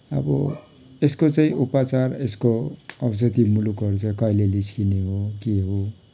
अब यसको चाहिँ उपचार यसको औषधी मुलोहरू चाहिँ कहिले निस्किने हो के हो